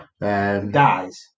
dies